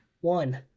One